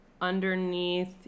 Underneath